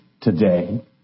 Today